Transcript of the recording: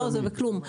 לא, זה בכלום.